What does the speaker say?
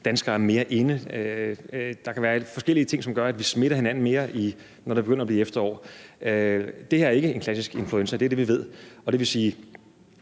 danskere er mere inde – der kan være nogle forskellige ting, som gør, at vi smitter hinanden mere, når det begynder at blive efterår. Det her er ikke en klassisk influenza; det er det, vi ved. Og det vil sige,